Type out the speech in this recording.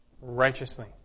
Righteously